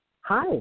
hi